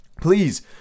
please